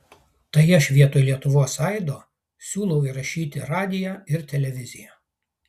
tai aš vietoj lietuvos aido siūlau įrašyti radiją ir televiziją